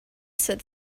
said